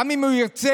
גם אם הוא ירצה,